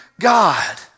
God